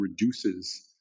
reduces